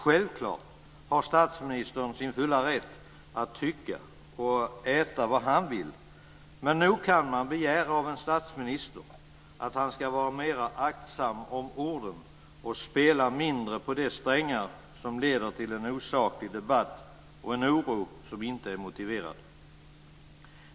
Självklart har statsministern sin fulla rätt att tycka och äta vad han vill, men nog kan man begära av en statsminister att han ska vara mera aktsam om orden och spela mindre på de strängar som leder till en osaklig debatt och en oro som inte är motiverad.